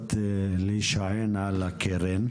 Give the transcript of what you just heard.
יכולות להישען על הקרן,